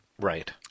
Right